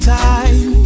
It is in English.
time